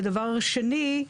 דבר שני,